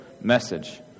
message